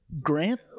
grant